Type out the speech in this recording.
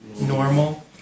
normal